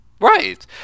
right